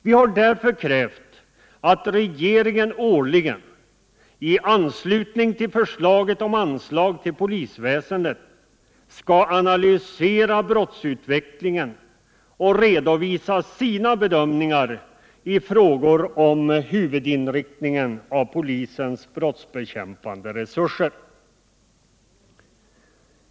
Vi har därför krävt att regeringen årligen, i anslutning till förslaget om anslag till polisväsendet, skall analysera brottsutvecklingen och redovisa sina bedömningar i frågor om huvudinriktningen av polisens brottsbekämpande resurser.